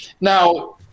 Now